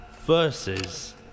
versus